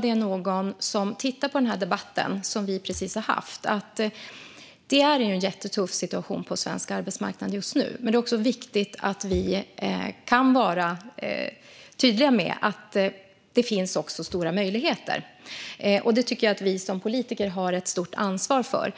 det är någon som har tittat på den debatt vi precis har haft vill jag passa på att säga följande: Det är en jättetuff situation på svensk arbetsmarknad just nu, men det är viktigt att vara tydlig med att det också finns stora möjligheter. Jag tycker att vi som politiker har ett stort ansvar för det.